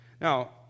Now